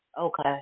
okay